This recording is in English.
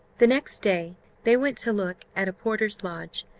the next day they went to look at a porter's lodge,